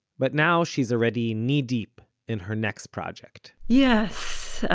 but now she's already knee-deep in her next project yes.